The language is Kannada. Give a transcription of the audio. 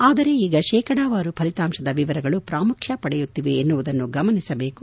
ಆದರೆ ಈಗ ಶೇಕಡಾವಾರು ಫಲಿತಾಂಶದ ವಿವರಗಳು ಪ್ರಾಮುಖ್ಯ ಪಡೆಯುತ್ತಿವೆ ಎನ್ನುವುದನ್ನು ಗಮನಿಸಬೇಕು